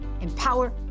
empower